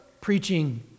preaching